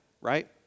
right